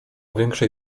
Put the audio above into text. większej